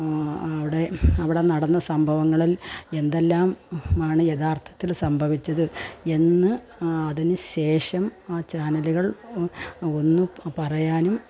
അവിടെ അവിടെ നടന്ന സംഭവങ്ങളിൽ എന്തെല്ലാം മാണ് യഥാർത്ഥത്തിൽ സംഭവിച്ചത് എന്ന് അതിനുശേഷം ആ ചാനലുകൾ ഒന്നു പറയാനും